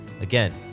again